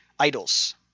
Idols